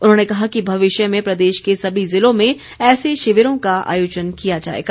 उन्होंने कहा कि भविष्य में प्रदेश के सभी ज़िलों में ऐसे शिविरों का आयोजन किया जाएगा